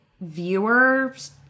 viewers